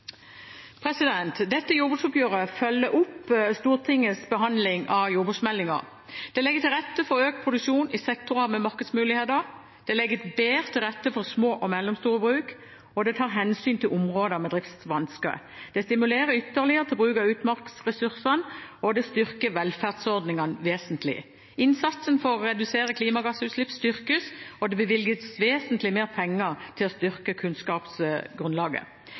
framtiden. Dette jordbruksoppgjøret følger opp Stortingets behandling av jordbruksmeldingen. Det legger til rette for økt produksjon i sektorer med markedsmuligheter, det legger bedre til rette for små og mellomstore bruk, og det tar hensyn til områder med driftsvansker. Det stimulerer ytterligere til bruk av utmarksressursene, og det styrker velferdsordningene vesentlig. Innsatsen for å redusere klimagassutslipp styrkes, og det bevilges vesentlig mer penger til å styrke kunnskapsgrunnlaget.